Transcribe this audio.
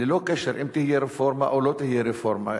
ללא קשר אם תהיה רפורמה או לא תהיה רפורמה,